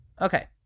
Okay